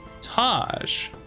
taj